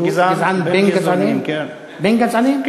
שהוא גזען בן גזענים?